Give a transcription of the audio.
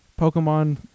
Pokemon